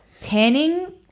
tanning